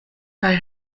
kaj